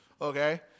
okay